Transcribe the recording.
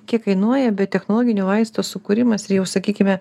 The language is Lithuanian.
kiek kainuoja biotechnologinio vaisto sukūrimas ir jau sakykime